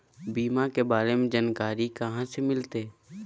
बीमा के बारे में जानकारी कहा से मिलते?